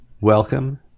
Welcome